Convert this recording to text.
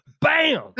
bam